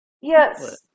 Yes